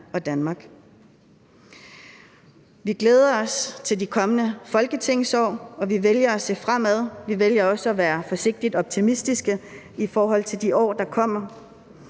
og Danmark. Vi glæder os til det kommende folketingsår, og vi vælger at se fremad. Vi vælger også at være forsigtigt optimistiske i forhold til de år, der kommer,